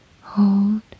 hold